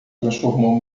transformou